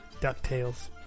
DuckTales